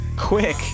quick